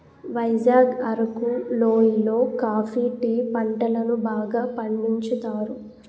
వైజాగ్ అరకు లోయి లో coffee tea పంటలను బాగా పండించుతారు